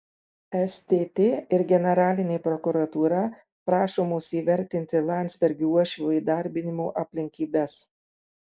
stt ir generalinė prokuratūra prašomos įvertinti landsbergio uošvio įdarbinimo aplinkybes